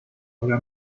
ahora